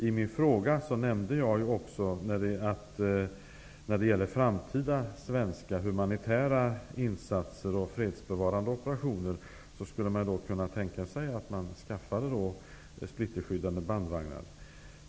I min fråga nämnde jag också att man när det gäller framtida svenska humanitära insatser och fredsbevarande operationer skulle kunna tänka sig att anskaffa splitterskyddade bandvagnar.